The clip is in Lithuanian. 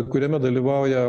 kuriame dalyvauja